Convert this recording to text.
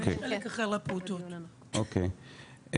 אוקי.